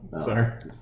sorry